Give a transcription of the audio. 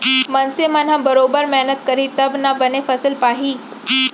मनसे मन ह बरोबर मेहनत करही तब ना बने फसल पाही